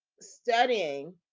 studying